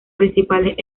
principales